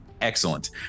Excellent